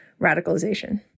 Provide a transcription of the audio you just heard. radicalization